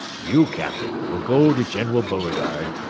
you, captain, will go to general beauregard,